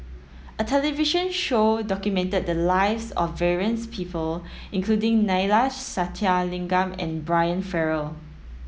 a television show documented the lives of various people including Neila Sathyalingam and Brian Farrell